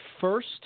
first